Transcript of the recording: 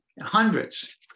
hundreds